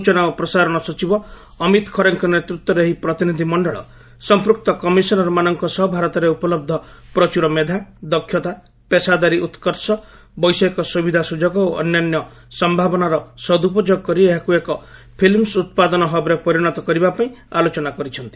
ସୂଚନା ଓ ପ୍ରସାରଣ ସଚିବ ଅମିତ ଖରେଙ୍କ ନେତୃତ୍ୱରେ ଏହି ପ୍ରତିନିଧି ମଣ୍ଡଳ ସମ୍ପୃକ୍ତ କମିଶନରମାନଙ୍କ ସହ ଭାରତରେ ଉପଲହ୍ଧ ପ୍ରଚୁର ମେଧା ଦକ୍ଷତା ପେସାଦାରୀ ଉତ୍କର୍ଷ ବୈଷୟିକ ସୁବିଧା ସୁଯୋଗ ଓ ଅନ୍ୟାନ୍ୟ ସମ୍ଭାବନାର ସଦୁପଯୋଗ କରି ଏହାକୁ ଏକ ଫିଲ୍ମ ଉତ୍ପାଦନ ହବ୍ରେ ପରିଣତ କରିବା ପାଇଁ ଆଲୋଚନା କରିଛନ୍ତି